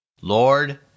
Lord